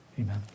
Amen